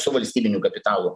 su valstybiniu kapitalu